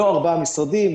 לא ארבעה משרדים,